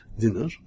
dinner